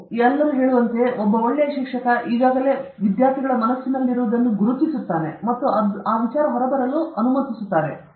ಅವರು ಹೇಳುವಂತೆಯೇ ಒಬ್ಬ ಒಳ್ಳೆಯ ಶಿಕ್ಷಕ ಯಾರೊಬ್ಬರು ಒಬ್ಬ ಶಿಕ್ಷಕನು ಈಗಾಗಲೇ ವಿದ್ಯಾರ್ಥಿಗಳು ಮನಸ್ಸಿನಲ್ಲಿರುವುದನ್ನು ಗುರುತಿಸುತ್ತಾನೆ ಮತ್ತು ಹೊರಬರಲು ಅನುಮತಿಸುತ್ತಾನೆ